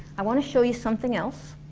i wanna show you something else